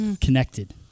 Connected